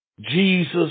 Jesus